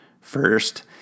First